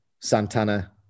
Santana